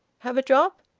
have a drop?